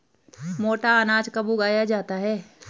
मोटा अनाज कब उगाया जाता है?